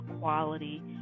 quality